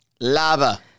Lava